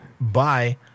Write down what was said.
bye